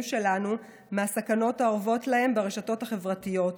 שלנו מהסכנות האורבות להם ברשתות החברתיות.